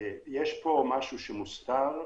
משהו שמוזכר,